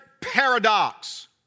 paradox